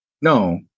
No